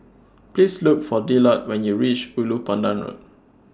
Please Look For Dillard when YOU REACH Ulu Pandan Road